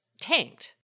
tanked